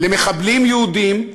למחבלים יהודים,